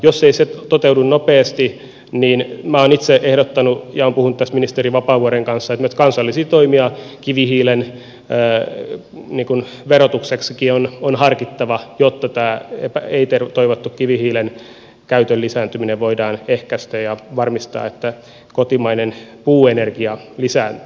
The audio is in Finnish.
jos ei se toteudu nopeasti niin minä olen itse ehdottanut ja olen puhunut tästä ministeri vapaavuoren kanssa että näitä kansallisia toimia kivihiilen verotukseksikin on harkittava jotta tämä ei toivottu kivihiilen käytön lisääntyminen voidaan ehkäistä ja varmistaa että kotimainen puuenergia lisääntyy